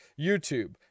YouTube